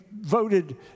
voted